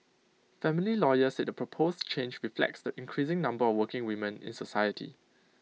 family lawyers said the proposed change reflects the increasing number of working women in society